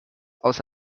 aus